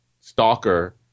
stalker